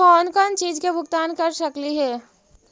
कौन कौन चिज के भुगतान कर सकली हे?